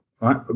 right